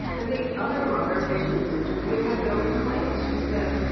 and the other mother, when she was interviewed, had no complaints. she said,